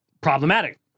problematic